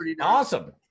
Awesome